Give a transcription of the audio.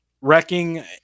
wrecking